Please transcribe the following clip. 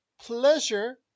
pleasure